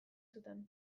zuten